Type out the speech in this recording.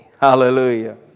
Hallelujah